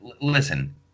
listen